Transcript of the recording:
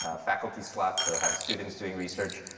ah faculty slots, or have students doing research.